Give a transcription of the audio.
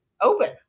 open